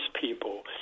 people